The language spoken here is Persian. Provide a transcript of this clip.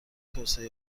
توسعه